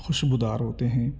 خوشبودار ہوتے ہیں